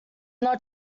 not